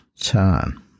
turn